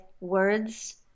words